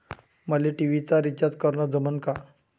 मले टी.व्ही चा रिचार्ज करन जमन का?